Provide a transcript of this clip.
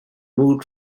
moved